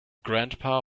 grandpa